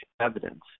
evidence